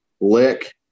Lick